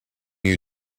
you